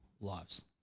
lives